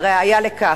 והראיה לכך: